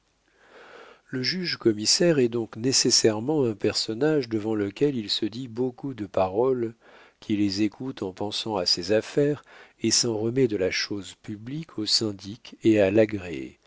le juge commissaire est donc nécessairement un personnage devant lequel il se dit beaucoup de paroles qui les écoute en pensant à ses affaires et s'en remet de la chose publique aux syndics et à l'agréé